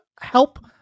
help